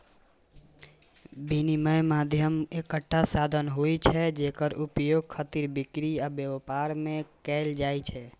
विनिमय माध्यम एकटा साधन होइ छै, जेकर उपयोग खरीद, बिक्री आ व्यापार मे कैल जाइ छै